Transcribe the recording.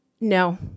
No